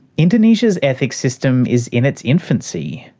indonesia's ethics system is in its infancy.